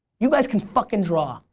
you guys can fucking draw.